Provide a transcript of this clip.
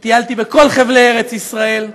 וטיילתי בכל חבלי ארץ ישראל.